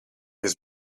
his